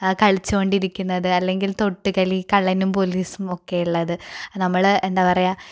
കളിച്ചു കൊണ്ടിരിക്കുന്നത് അല്ലെങ്കിൽ തൊട്ടു കളി കള്ളനും പോലീസുമൊക്കെ ഉള്ളത് നമ്മൾ എന്താണ് പറയുക